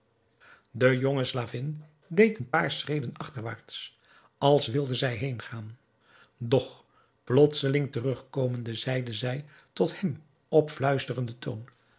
de jonge slavin deed een paar schreden achterwaarts als wilde zij heengaan doch plotseling terugkomende zeide zij tot hem op fluisterenden toon